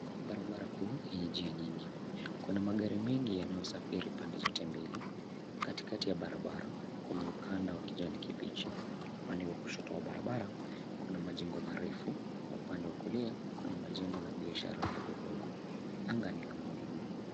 Barabara kuu yenye njia nyingi, kuna magari mengi yanayosafiri pande zote mbili. Katikati ya barabara, kuna ukanda wa kijani kibichi, upande wa kushoto wa barabara kuna majengo marefu na upande wa kulia, kuna majengo na biashara ndogo ndogo. Anga ni la mawingu.